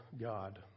God